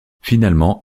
finalement